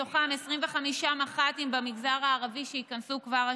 מתוכם 25 מח"טים במגזר הערבי שייכנסו כבר השנה.